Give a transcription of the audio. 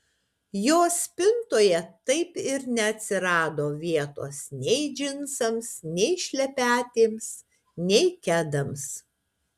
jos spintoje taip ir neatsirado vietos nei džinsams nei šlepetėms nei kedams